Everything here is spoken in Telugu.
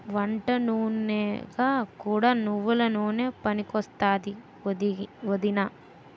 వంటనూనెగా కూడా నువ్వెల నూనె పనికొత్తాదా ఒదినా?